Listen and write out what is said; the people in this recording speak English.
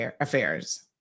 affairs